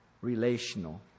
relational